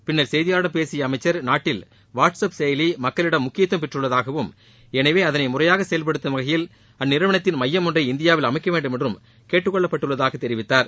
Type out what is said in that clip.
பின்னர் செய்தியாளர்களிடம் பேசிய அமைச்சர் நாட்டில் வாட்ஸ் அப் செயலி மக்களிடம் முக்கியத்துவம் பெற்றுள்ளதாகவும் எனவே அதனை முறையாக செயல்படுத்தும் வகையில் அந்நிறுவனத்தின் மையம் ஒன்றை இந்தியாவில் அமைக்கவேண்டும் என்றும் கேட்டுக்கொள்ளப்பட்டதாக தெரிவித்தார்